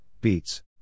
beets